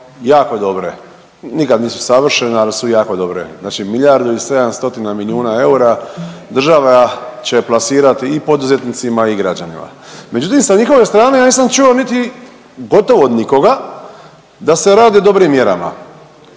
jako dobro. Nikad nisu savršene, ali su jako dobre. Znači milijardu i 700 milijuna eura država će plasirati i poduzetnicima i građanima. Međutim, sa njihove strane ja nisam čuo niti gotovo od nikoga da se radi o dobrim mjerama.